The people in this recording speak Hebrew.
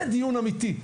זה דיון אמיתי,